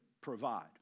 provide